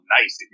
nice